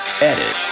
edit